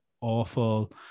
awful